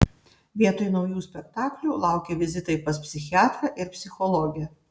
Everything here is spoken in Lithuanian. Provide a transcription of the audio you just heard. vietoj naujų spektaklių laukė vizitai pas psichiatrą ir psichologę